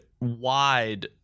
wide